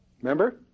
Remember